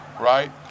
right